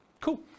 Cool